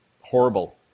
Horrible